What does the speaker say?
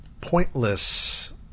pointless